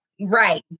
Right